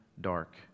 dark